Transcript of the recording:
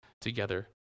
together